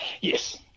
Yes